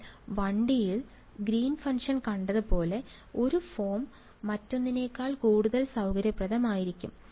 എന്നാൽ 1 ഡിയിൽ Green function കണ്ടത് പോലെ ഒരു ഫോം മറ്റൊന്നിനേക്കാൾ കൂടുതൽ സൌകര്യപ്രദമായിരിക്കും